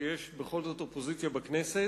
שיש בכל זאת אופוזיציה בכנסת.